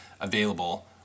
available